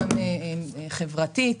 גם חברתית.